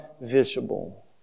visible